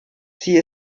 sie